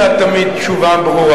למה להסביר?